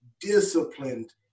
disciplined